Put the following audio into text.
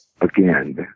again